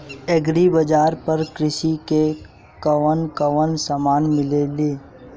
Agri बाजार पर कृषि के कवन कवन समान मिली?